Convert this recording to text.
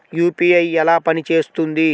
UPI ఎలా పనిచేస్తుంది?